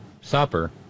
supper